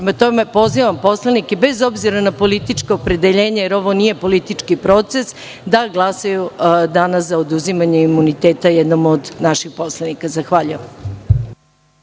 mesto. Prema tome, pozivam poslanike bez obzira na političko opredeljenje, jer ovo nije politički proces, da glasaju danas za oduzimanje imuniteta jednom od naših poslanika. Zahvaljujem.